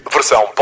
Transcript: Versão